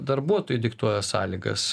darbuotojai diktuoja sąlygas